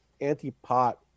anti-pot